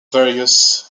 various